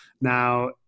Now